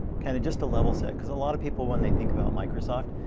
kind of just a level set. because a lot of people when they think about microsoft,